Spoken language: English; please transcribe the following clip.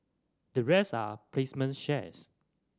the rest are placement shares